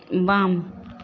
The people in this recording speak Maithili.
बाम